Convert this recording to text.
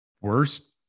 worst